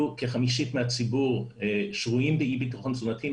כחמישית מהציבור שרויים באי בטחון תזונתי,